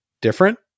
different